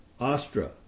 Astra